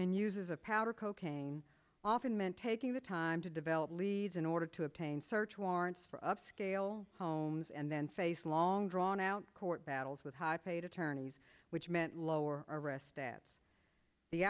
and uses of powder cocaine often meant taking the time to develop leads in order to obtain search warrants for upscale homes and then face a long drawn out court battles with high paid attorneys which meant lower arrest stats the